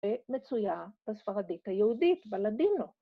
‫ומצויה בספרדית היהודית, בלדינו.